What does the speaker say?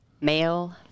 Male